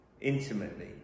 intimately